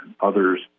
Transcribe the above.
others